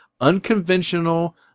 unconventional